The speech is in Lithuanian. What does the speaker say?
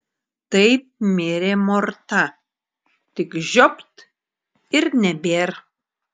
taip mirė morta tik žiopt ir nebėr